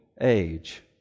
age